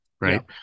right